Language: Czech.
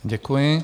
Děkuji.